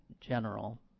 general